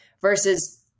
versus